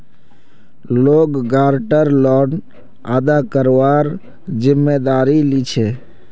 loan guarantor loan अदा करवार जिम्मेदारी लीछे